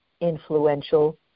influential